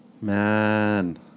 Man